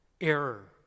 error